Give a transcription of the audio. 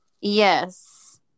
yes